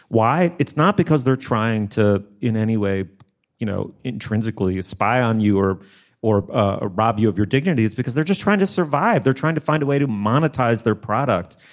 why. it's not because they're trying to in any way you know intrinsically you spy on you or or ah rob you of your dignity it's because they're just trying to survive. they're trying to find a way to monetize their product.